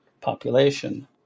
population